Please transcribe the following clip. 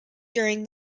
during